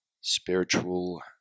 spiritual